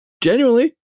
Genuinely